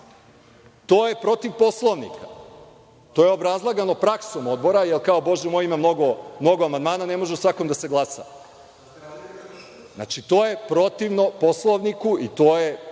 To je protiv Poslovnika. To je obrazlagano praksom odbora, jer kao, bože moj, ima mnogo amandmana i ne može o svakom da se glasa. Znači, to je protivno Poslovniku i to je, pre